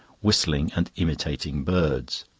whistling, and imitating birds.